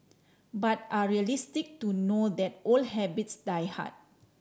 but are realistic to know that old habits die hard